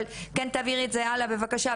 אבל כן אבקש שתעבירי את זה הלאה בבקשה.